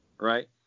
right